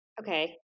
Okay